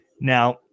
Now